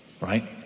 Right